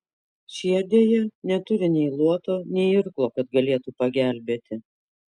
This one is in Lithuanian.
šie deja neturi nei luoto nei irklo kad galėtų pagelbėti